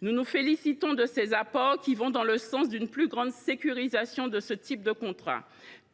Nous nous félicitons de ces apports, qui vont dans le sens d’une plus grande sécurisation de ce type de contrat.